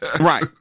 Right